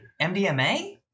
MDMA